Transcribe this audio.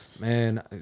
man